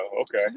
okay